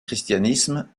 christianisme